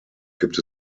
gibt